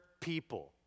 people